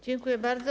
Dziękuję bardzo.